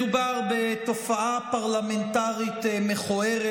מדובר בתופעה פרלמנטרית מכוערת.